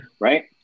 right